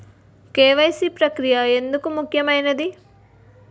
KYC ప్రక్రియ ఎందుకు ముఖ్యమైనది?